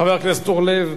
חבר הכנסת אורלב,